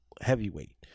heavyweight